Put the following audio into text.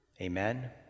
Amen